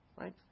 right